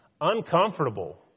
Uncomfortable